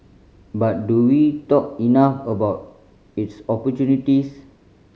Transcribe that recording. but do we talk enough about its opportunities